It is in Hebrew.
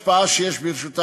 וכל יכולת השפעה שיש ברשותם,